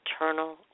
eternal